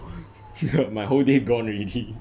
my whole day gone already